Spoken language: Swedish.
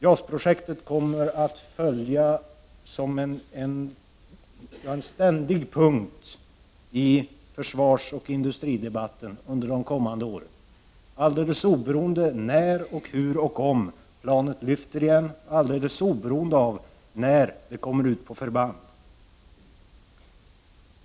JAS-projektet kommer att följa med som en ständig punkt i försvarsoch industridebatten under de kommande åren, alldeles oberoende av när och hur och om planet lyfter igen, alldeles oberoende av när det kommer ut på förband.